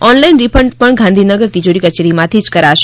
online refund પણ ગાંધીનગર તિજોરી કચેરીમાંથી જ કરાશે